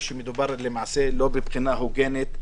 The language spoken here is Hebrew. ושלא מדובר בבחינה הוגנת,